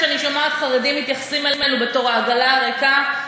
כשאני שומעת חרדים מתייחסים אלינו בתור העגלה הריקה,